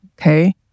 okay